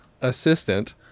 Assistant